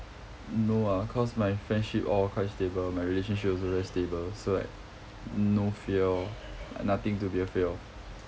no ah cause my friendship all quite stable my relationship also very stable so like no fear lor nothing to be afraid of